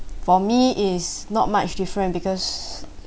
for me is not much different because